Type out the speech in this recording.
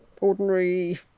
ordinary